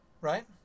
right